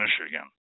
Michigan